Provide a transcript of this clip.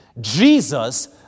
Jesus